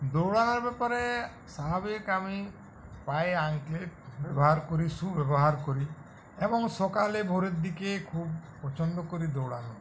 দৌড়ানোর ব্যাপারে স্বাভাবিক আমি পায়ে অ্যাঙ্কলেট ব্যবহার করি শু ব্যবহার করি এবং সকালে ভোরের দিকে খুব পছন্দ করি দৌড়ানো